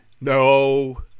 No